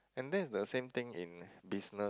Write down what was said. and that is the same thing in business